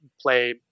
play